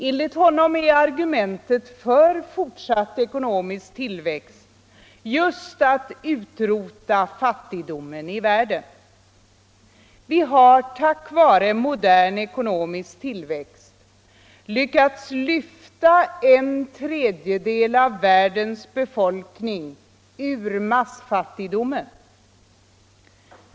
Enligt honom är argumentet för fortsatt ekonomisk tillväxt just att utrota fattigdomen i världen. Vi har tack vare modern ekonomisk tillväxt lyckats lyfta en tredjedel av världens befolkning ur massfattigdomen.